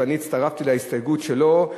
ואני הצטרפתי להסתייגות שלו,